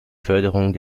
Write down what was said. förderung